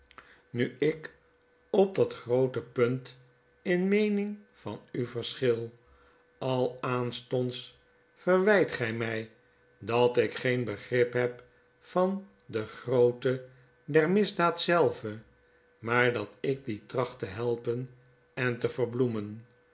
nu ik op dat groote punt in meening van u verschil al aanstonds verwyt gy my dat ik geen begrip heb van de grootte der misdaad zelve maar dat ikdietrachttehelpen en te verbloemen